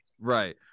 Right